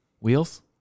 wheels